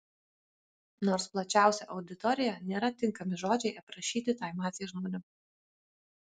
nors plačiausia auditorija nėra tinkami žodžiai aprašyti tai masei žmonių